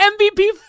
MVP